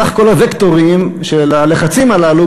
הרי התקציב הוא סך כל הווקטורים של הלחצים הללו,